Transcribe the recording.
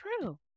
true